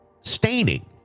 staining